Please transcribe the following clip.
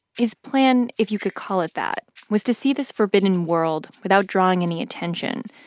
his plan, if you could call it that, was to see this forbidden world without drawing any attention.